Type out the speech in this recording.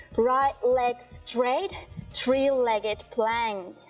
right leg straight three legged plank,